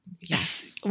Yes